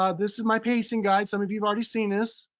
ah this is my pacing guide. some of you've already seen this.